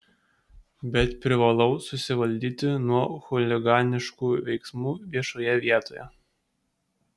bet privalau susivaldyti nuo chuliganiškų veiksmų viešoje vietoje